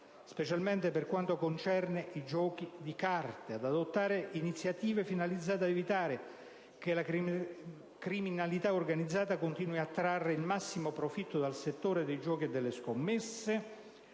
specialmente per quanto concerne i giochi di carte; ad adottare iniziative finalizzate ad evitare che la criminalità organizzata continui a trarre il massimo profitto dal settore dei giochi e delle scommesse;